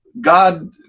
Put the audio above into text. god